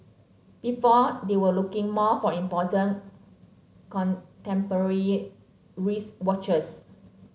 before they were looking more for important contemporary wristwatches